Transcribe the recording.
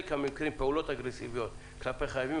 מהמקרים פעולות אגרסיביות כלפי החייבים,